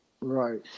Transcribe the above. Right